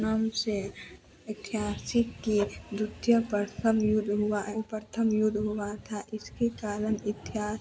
नाम से ऐतिहासिक के प्रथम युद्ध हुआ उ प्रथम युद्ध हुआ था इसके कारण इतिहास